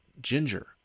ginger